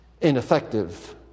ineffective